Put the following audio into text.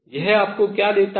यह आपको क्या देता है